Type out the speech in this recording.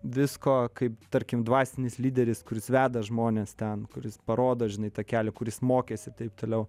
visko kaip tarkim dvasinis lyderis kuris veda žmones ten kuris parodo žinai takelį kuris mokėsi taip toliau